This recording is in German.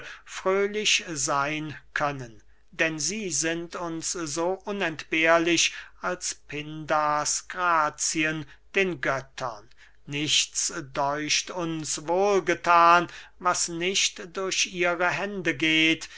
fröhlich seyn können denn sie sind uns so unentbehrlich als pindars grazien den göttern nichts däucht uns wohlgethan was nicht durch ihre hände geht